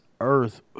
earth